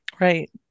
Right